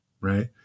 Right